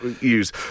use